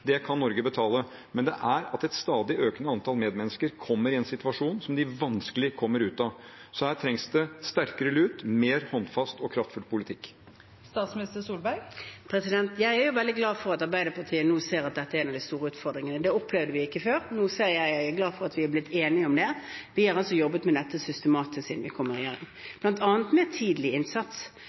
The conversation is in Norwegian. det kan Norge betale – men det er at et stadig økende antall medmennesker kommer i en situasjon som de vanskelig kommer seg ut av. Så her trengs det sterkere lut – en mer håndfast og kraftfull politikk. Jeg er veldig glad for at Arbeiderpartiet nå ser at dette er en av de store utfordringene. Det opplevde vi ikke før, nå er jeg glad for at vi har blitt enige om det. Vi har jobbet systematisk med dette siden vi kom i regjering, bl.a. med tidlig innsats.